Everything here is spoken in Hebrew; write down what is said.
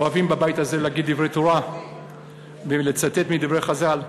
אוהבים בבית הזה להגיד דברי תורה ולצטט מדברי חז"ל.